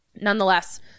Nonetheless